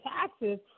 taxes